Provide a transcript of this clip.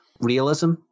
realism